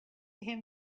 him